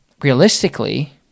realistically